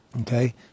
Okay